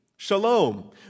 Shalom